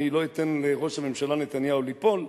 אני לא אתן לראש הממשלה נתניהו ליפול,